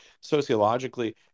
sociologically